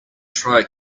try